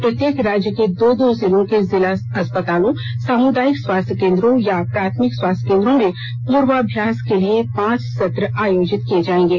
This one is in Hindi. प्रत्येक राज्य के दो दो जिलों के जिला अस्पतालों सामुदायिक स्वास्थ्य केन्द्रों या प्राथमिक स्वास्थ्य केन्द्रों में पूर्वाभ्यास के पांच सत्र आयोजित किए जाएंगे